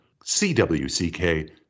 CWCK